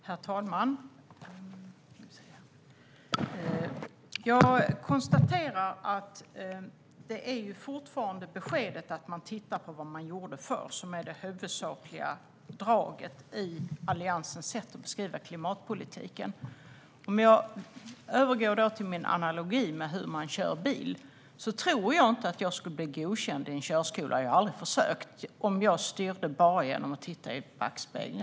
Herr talman! Jag konstaterar att beskedet att man tittar på vad man gjorde förr är det huvudsakliga draget i Alliansens sätt att beskriva klimatpolitiken. Låt mig då övergå till min analogi om hur man kör bil: Jag tror inte att jag skulle bli godkänd i en körskola - jag har aldrig försökt - om jag styrde genom att bara titta i backspegeln.